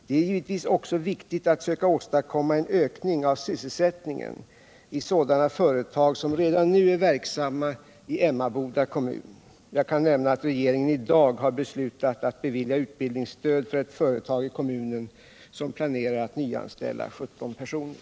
Det är givetvis också viktigt att söka åstadkomma en ökning av sysselsättningen i sådana företag som redan nu är verksamma i Emmaboda kommun. Jag kan nämna att regeringen i dag har beslutat att bevilja utbildningsstöd till ett företag i kommunen som planerar att nyanställa 17 personer.